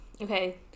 Okay